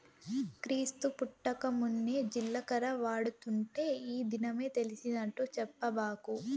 క్రీస్తు పుట్టకమున్నే జీలకర్ర వాడుతుంటే ఈ దినమే తెలిసినట్టు చెప్పబాకు